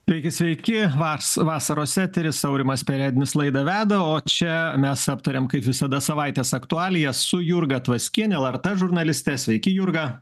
taigi sveiki vas vasaros eteris aurimas perednis laidą veda o čia mes aptariam kaip visada savaitės aktualijas su jurga tvaskiene lrt žurnaliste sveiki jurga